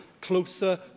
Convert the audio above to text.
closer